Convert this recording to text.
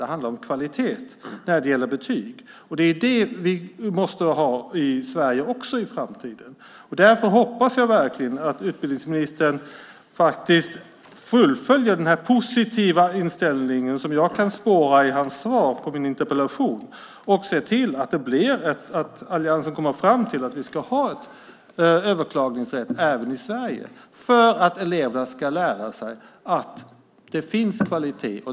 Det handlar om kvalitet när det gäller betyg. Det är det vi måste ha i Sverige också i framtiden. Därför hoppas jag verkligen att utbildningsministern fullföljer den positiva inställning som jag kan spåra i hans svar på min interpellation och ser till att alliansen kommer fram till att vi ska ha en överklagningsrätt även i Sverige. Det är för att eleverna ska lära sig att det finns kvalitet.